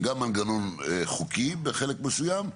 גם מנגנון חוקי בחלק מסוים,